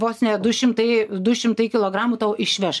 vos ne du šimtai du šimtai kilogramų tau išveš